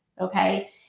Okay